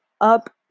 up